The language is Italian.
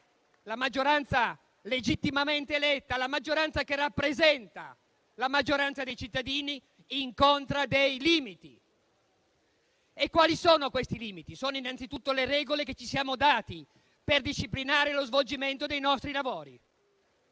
la maggioranza legittimamente eletta, la maggioranza che rappresenta la maggioranza dei cittadini, incontra dei limiti, che sono innanzitutto le regole che ci siamo dati per disciplinare lo svolgimento dei nostri lavori.